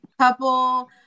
couple